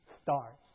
stars